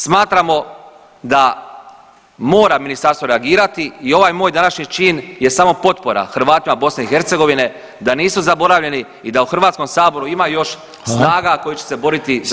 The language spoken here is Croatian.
Smatramo da mora Ministarstvo reagirati i ovaj moj današnji čin je samo potpora Hrvatima BiH da nisu zaboravljeni i da u HS-u ima još snaga [[Upadica: Hvala.]] koje će se boriti za